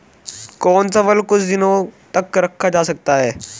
कौन सा फल कुछ दिनों तक रखा जा सकता है?